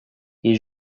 ils